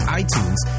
iTunes